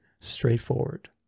straightforward